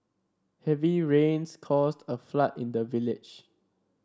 heavy rains caused a flood in the village